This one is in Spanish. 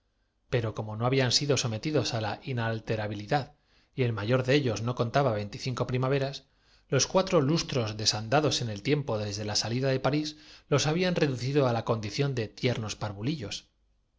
pero como no habían sido sometidos á la inalterabilidad y el mayor de ellos no contaba de pronto aquellas mujeres se quedaron pálidas con los brazos cruzados sobre el pecho ya no abarcaban veinticinco primaveras los cuatro lustros desandados en el tiempo desde la salida de parís los habían redu objeto alguno el ejército se les había disuelto entre las manos cido á la condición de tiernos